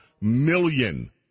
million